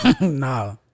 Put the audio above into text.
nah